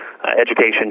education